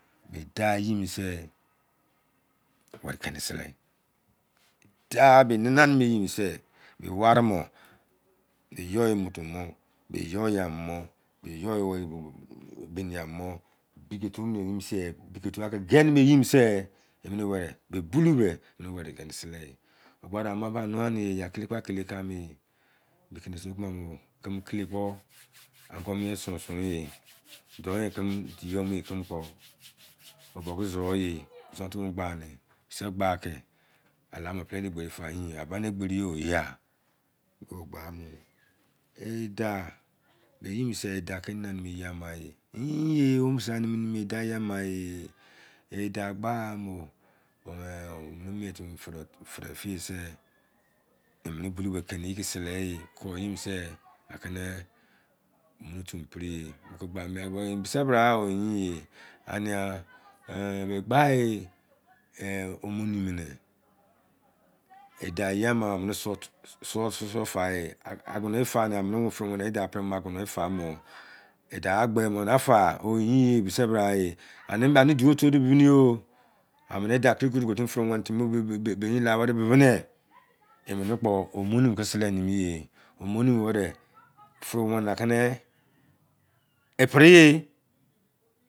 I dau eyi mị̃nị se werị keni sele. i daụ, bé nana weri emi eyi se be warịị mọ, be yọi yi moto mọ, be yọ yi eyi ama mo, be yọ yi beni eyi ama mo. Bi yọ ba emi yi mose, weri bebulou be, weri kéni selee o gba dé, "ama me a nuani yo. ye a kile kpo a kile ka me. kimi, kile kpọ angọ miea soni yi, don di yọ mumini kimi kpo, don ki. zụọ yi e daụ be eyi mose, ị daụ ki nana nimi eyi ama. yinye, wo sa nemi mimi ye, e dau eye ama e. i dau gbaa ma, omini miem timi fide efiye se imini bulou be keni ye ki selee kọ eyi mose a kini omoni-otu pri ye mu ki gba me. Bise bra o? Yinye ị ania be gba yi omonoi mini ị daụ eye ama, amini sụọ fa e agono wei fa a, amini fịrị weni ị dau prị mọ,ị daụ a gbe mọ, na fa a? O yinye. Bisi bra ị aniba, ani duotolu biyo. Amini ị dau krịkonu ko fịrĩ weni timi bo bemi la bịbị nị, ị mịnị mọ kị sele nimi ye. Omoni bo werị fịrị wenị akị i. pri ye.